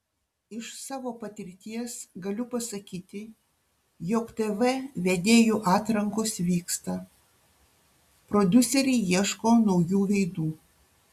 iš savo patirties galiu pasakyti jog tv vedėjų atrankos vyksta prodiuseriai ieško naujų veidų